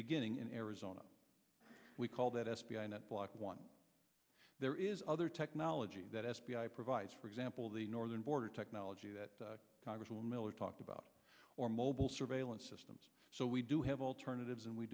beginning in arizona we call that f b i net block one there is other technology that f b i provides for example the northern border technology that congress will miller talked about for mobile surveillance systems so we do have alternatives and we